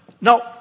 Now